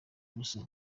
ubusa